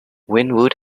winwood